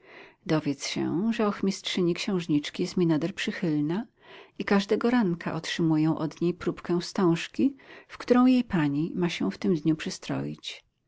dowiedz się że ochmistrzyni księżniczki jest mi nader przychylna i każdego ranka otrzymuję od niej próbkę wstążki w którą jej pani ma się w tym dniu przystroić